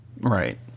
Right